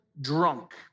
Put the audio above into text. drunk